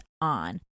on